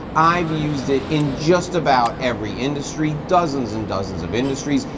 i've used it in just about every industry, dozens and dozens of industries.